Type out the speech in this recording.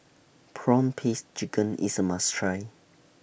Prawn Paste Chicken IS A must Try